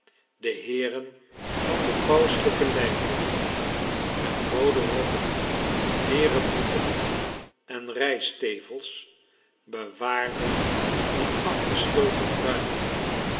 de heeren van de pauselijke lijfwacht met roode rokken leeren broeken en rij stevels bewaarden die afgesloten ruimte